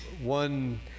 one